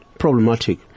problematic